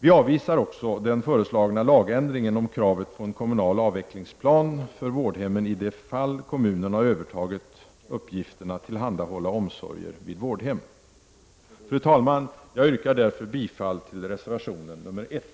Vi avvisar också den föreslagna lagändringen om kravet på en kommunal avvecklingsplan för vårdremmen i de fall kommunen har övertagit uppgiften att tillhandahålla omsorger vid vårdhem. Fru talman! Jag yrkar bifall till reservation nr 1.